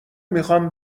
میخام